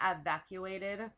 evacuated